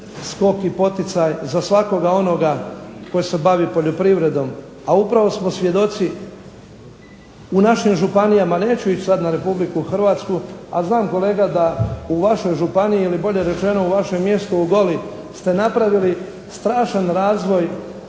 skok i poticaj za svakoga onoga tko se bavi poljoprivredom. A upravo smo svjedoci u našim županijama, neću ići sada na Republiku Hrvatsku a znam kolega da u vašoj županiji, ili bolje rečeno u vašem mjestu ste napravili strašan razvoj